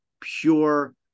pure